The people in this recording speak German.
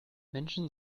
menschen